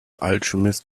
alchemist